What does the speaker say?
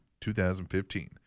2015